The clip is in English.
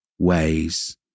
ways